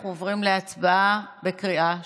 אנחנו עוברים להצבעה בקריאה שלישית.